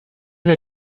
wir